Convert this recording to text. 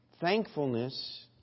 Thankfulness